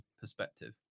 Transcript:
perspective